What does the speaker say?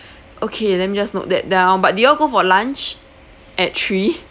okay let me just note that down but did you all go for lunch at three